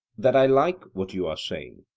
that i like what you are saying.